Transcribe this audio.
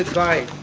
by